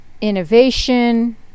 innovation